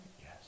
Yes